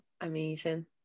amazing